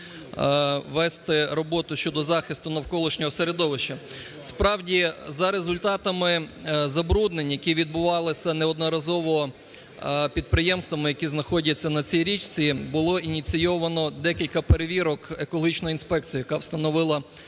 вести роботу щодо захисту навколишнього середовища. Справді, за результатами забруднень, які відбувалися неодноразово підприємствами, які знаходяться на цій річці, було ініційовано декілька перевірок екологічною інспекцією, яка встановила